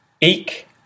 eek